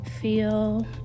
feel